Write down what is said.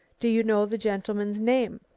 do you know the gentleman's name?